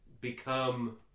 become